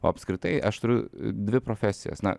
o apskritai aš turiu dvi profesijas na